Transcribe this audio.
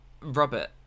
Robert